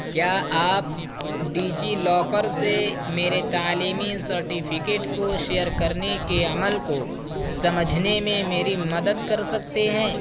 کیا آپ DigiLocker سے میرے تعلیمی سرٹیفکیٹ کو شیئر کرنے کے عمل کو سمجھنے میں میری مدد کر سکتے ہیں